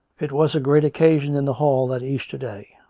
it was a great occasion in the hall that easter day.